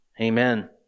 Amen